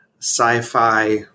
sci-fi